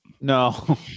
No